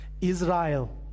Israel